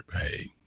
Hey